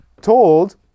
told